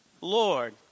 Lord